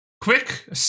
Quick